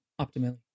optimally